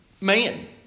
man